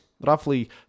roughly